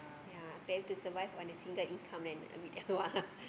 yeah tend to survive on a single income then I mean !wah!